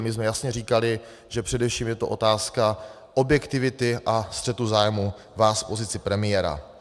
My jsme jasně říkali, že je to především otázka objektivity a střetu zájmů vás v pozici premiéra.